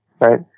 right